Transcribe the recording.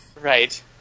Right